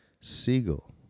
Siegel